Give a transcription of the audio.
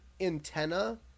antenna